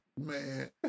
Man